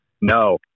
No